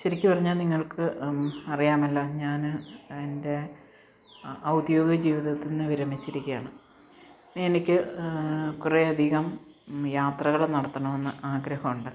ശരിക്ക് പറഞ്ഞാല് നിങ്ങൾക്ക് അറിയാമല്ലോ ഞാന് എന്റെ ഔദ്യോഗിക ജീവിതത്തില്നിന്ന് വിരമിച്ചിരിക്കയാണ് എനിക്ക് കുറേയധികം യാത്രകള് നടത്തണമെന്ന് ആഗ്രഹമുണ്ട്